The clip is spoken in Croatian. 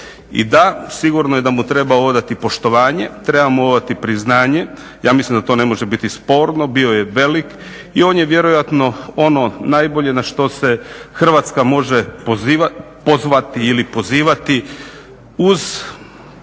I da, sigurno je da mu treba odati poštovanje, treba mu odati priznanje. Ja mislim da to ne može biti sporno, bio je velik i on je vjerojatno ono najbolje na što se Hrvatska može pozivati uz